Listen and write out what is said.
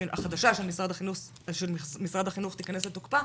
החדשה של משרד החינוך תיכנס לתוקפה.